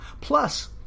Plus